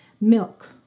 Milk